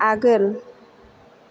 आगोल